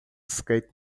skate